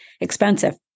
expensive